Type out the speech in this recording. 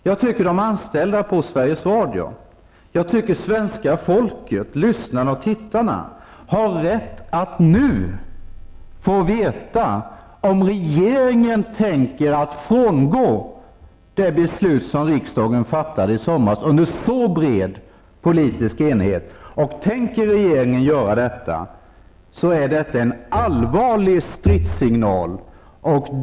Jag tycker att de anställda på Sveriges Radio, svenska folket, lyssnarna och tittarna har rätt att nu få veta om regeringen tänker att frångå det beslut som riksdagen med en så bred politisk enighet fattade i somras. Tänker regeringen göra detta, är det en allvarlig stridssignal.